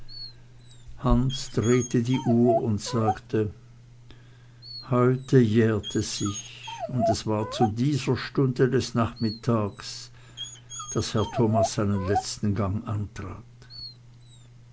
hans drehte die uhr und sagte heute jährt es sich und es war zu dieser stunde des nachmittags daß herr thomas seinen letzten gang antrat